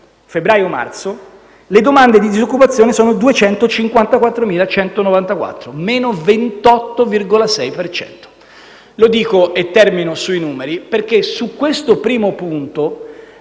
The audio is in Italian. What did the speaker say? febbraio e marzo, le domande di disoccupazione sono 254.194, ovvero il -28,6 per cento. Lo dico - e termino sui numeri - perché su questo primo punto